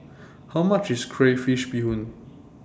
How much IS Crayfish Beehoon